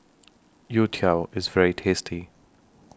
Youtiao IS very tasty